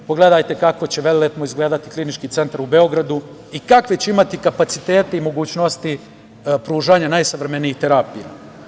Pogledajte kako će velelepno izgledati Klinički centar u Beogradu i kakve će imati kapacitete i mogućnosti pružanja najsavremenijih terapija.